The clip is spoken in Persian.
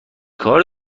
کار